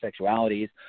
sexualities